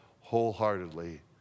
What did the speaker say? wholeheartedly